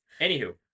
anywho